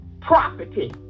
property